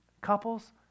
couples